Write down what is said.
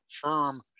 firm